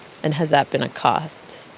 and has that been a cost?